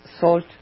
salt